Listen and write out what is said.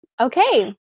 Okay